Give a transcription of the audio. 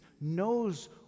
knows